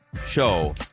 show